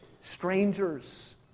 Strangers